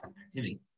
activity